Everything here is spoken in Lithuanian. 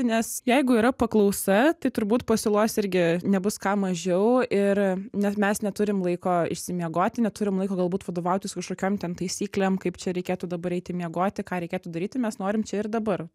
nes jeigu yra paklausa tai turbūt pasiūlos irgi nebus ką mažiau ir nes mes neturim laiko išsimiegoti neturim laiko galbūt vadovautis kažkokiom ten taisyklėm kaip čia reikėtų dabar eiti miegoti ką reikėtų daryti mes norim čia ir dabar